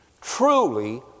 truly